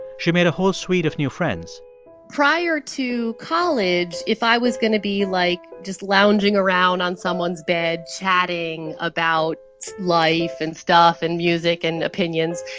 she made a whole suite of new friends prior to college, if i was going to be, like, just lounging around on someone's bed, chatting about life and stuff and music and opinions,